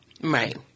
right